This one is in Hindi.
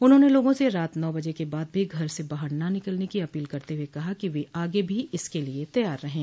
उन्होंने लोगों से रात नौ बजे के बाद भी घर से बाहर न निकलने की अपील करते हये कहा कि वे आगे भी इसके लिये तैयार रहें